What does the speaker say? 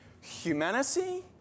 humanity